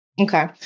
Okay